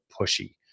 pushy